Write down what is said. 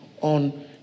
on